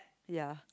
ya